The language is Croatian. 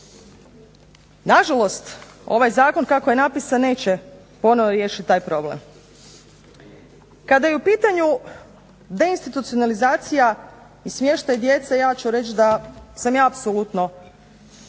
Nažalost, ovaj zakon kako je napisan neće ponovno riješiti taj problem. Kada je u pitanju deinstitucionalizacija i smještaj djece ja ću reći da sam ja apsolutno